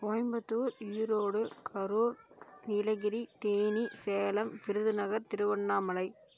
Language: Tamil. கோயம்புத்தூர் ஈரோடு கரூர் நீலகிரி தேனி சேலம் விருதுநகர் திருவண்ணாமலை